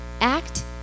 act